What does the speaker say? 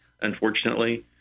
Unfortunately